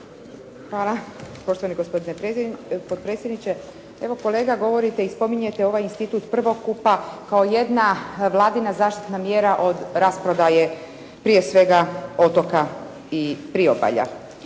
Hvala. Poštovani gospodine potpredsjedniče, evo kolega govorite i spominjete ovaj institut prvokupa kao jedna vladina zaštitna mjera od rasprodaje prije svega otoka i priobalja.